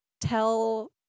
tell